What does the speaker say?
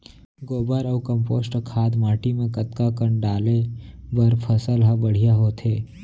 गोबर अऊ कम्पोस्ट खाद माटी म कतका कन डाले बर फसल ह बढ़िया होथे?